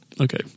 okay